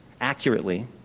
accurately